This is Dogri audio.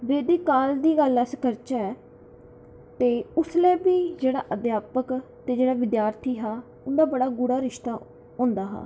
वैदिक काल दी गल्ल अस करचै ते उसलै बी जेह्ड़ा अध्यापक ते जेह्ड़ा विद्यार्थी था उंदा बड़ा गूढ़ा रिश्ता होंदा हा